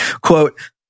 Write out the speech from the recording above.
Quote